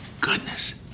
goodness